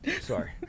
sorry